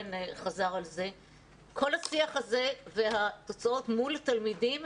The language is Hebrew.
כל השיח הזה והתוצאות מול התלמידים,